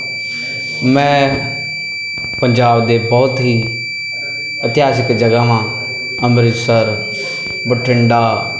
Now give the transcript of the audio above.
ਮੈਂ ਪੰਜਾਬ ਦੇ ਬਹੁਤ ਹੀ ਇਤਿਹਾਸਿਕ ਜਗ੍ਹਾਵਾਂ ਅੰਮ੍ਰਿਤਸਰ ਬਠਿੰਡਾ